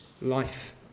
life